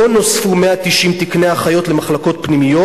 נוספו 190 תקני אחיות למחלקות פנימיות.